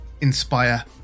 inspire